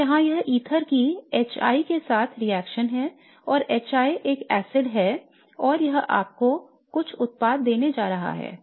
तो यहाँ यह ईथर की HI के साथ रिएक्शन है और HI एक अम्ल है और यह आपको कुछ उत्पाद देने जा रहा है